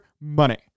money